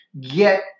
get